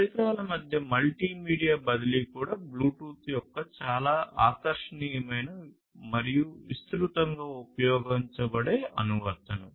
పరికరాల మధ్య మల్టీమీడియా బదిలీ కూడా బ్లూటూత్ యొక్క చాలా ఆకర్షణీయమైన మరియు విస్తృతంగా ఉపయోగించబడే అనువర్తనం